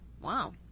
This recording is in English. Wow